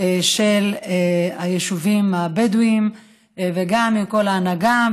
של היישובים הבדואיים וגם עם כל ההנהגה.